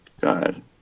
God